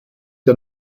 der